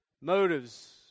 motives